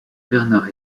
bernard